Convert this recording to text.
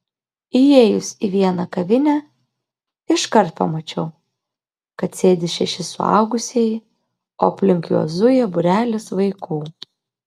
įėjus į vieną kavinę iškart pamačiau kad sėdi šeši suaugusieji o aplink juos zuja būrelis vaikų